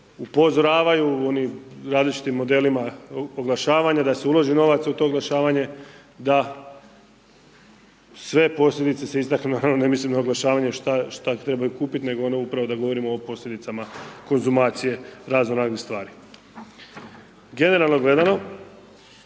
upozoravaju onim različitim modelima oglašavanja, da se ulaže novaca u to oglašavanje, da sve posljedice se istaknu, ne mislim na oglašavanje šta trebaju kupiti nego ono upravo da govorimo o posljedicama konzumacije raznoraznih stvari. Generalno gledano,